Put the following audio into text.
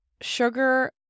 sugar